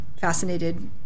fascinated